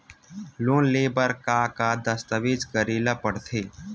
Loan ले बर का का दस्तावेज करेला पड़थे?